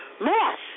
Moss